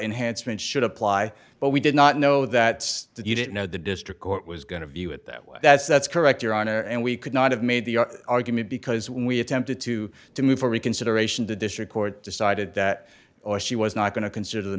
enhanced men should apply but we did not know that you didn't know the district court was going to view it that way that's that's correct your honor and we could not have made the argument because we attempted to to move for reconsideration the district court decided that or she was not going to consider the